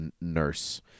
nurse